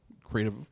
creative